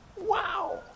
Wow